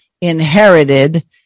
inherited